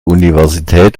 universität